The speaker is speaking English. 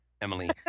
Emily